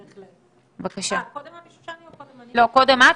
אין שום סיבה שכל האולמות הקטנים,